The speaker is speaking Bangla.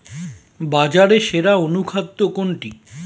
বাজারে সেরা অনুখাদ্য কোনটি?